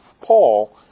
Paul